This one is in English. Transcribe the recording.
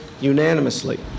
unanimously